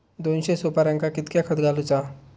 दोनशे सुपार्यांका कितक्या खत घालूचा?